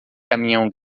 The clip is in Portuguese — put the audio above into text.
caminhão